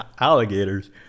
alligators